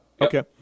Okay